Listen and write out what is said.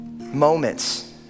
moments